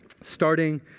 starting